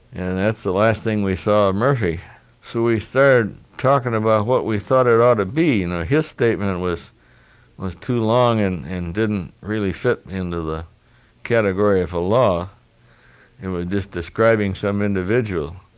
and that's the last thing we saw. murphy surui third talking about what we thought it ought to be in ah his statement. and it was too long and and didn't really fit into the category of a law and were just describing some individual.